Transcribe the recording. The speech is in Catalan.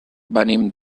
venim